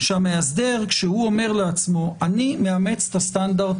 כשהמאסדר אומר לעצמו שהוא מאמץ את הסטנדרט